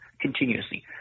continuously